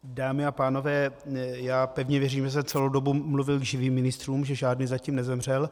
Dámy a pánové, já pevně věřím, že jsem celou dobu mluvil k živým ministrům, že žádný zatím nezemřel.